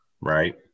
right